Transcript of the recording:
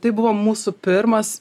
tai buvo mūsų pirmas